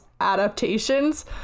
adaptations